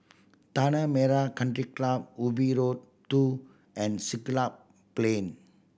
Tanah Merah Country Club Ubi Road Two and Siglap Plain